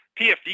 PFD